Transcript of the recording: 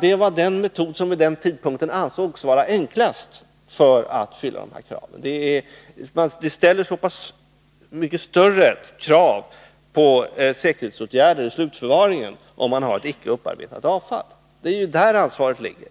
det var den metod som vid den tidpunkten ansågs vara enklast för att uppfylla kraven. Det ställs större krav på säkerhetsåtgärder i slutförvaringen om man icke har upparbetat avfall. Det är där ansvaret ligger.